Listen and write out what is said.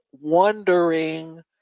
wondering